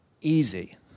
easy